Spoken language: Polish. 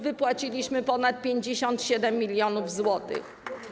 Wypłaciliśmy ponad 57 mln zł.